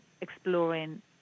exploring